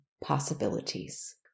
possibilities